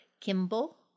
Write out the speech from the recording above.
Kimball